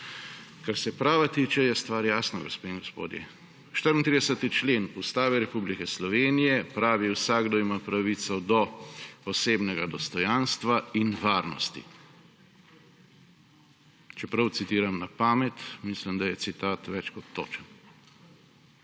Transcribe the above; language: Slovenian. Kar se prava tiče, je stvar jasna, gospe in gospodje. 34. člen Ustave Republike Slovenije pravi, da vsakdo ima pravico do osebnega dostojanstva in varnosti. Čeprav citiram na pamet, mislim, da je citat več kot točen.